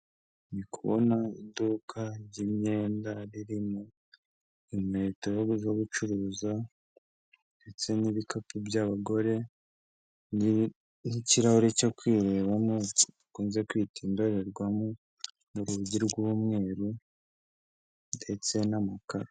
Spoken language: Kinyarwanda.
Ndi kubona iduka ry'imyenda, ririmo inkweto zo gucuruza, ndetse n'ibikapu by'abagore, n'ikirahuri cyo kwirebamo, dukunze kwita indorerwamo, mu rugi rw'umweru ndetse n'umukara.